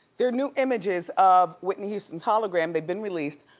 there are new images of whitney houston's hologram, they've been released,